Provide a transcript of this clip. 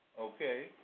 Okay